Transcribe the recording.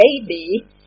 baby